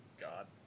God